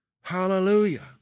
Hallelujah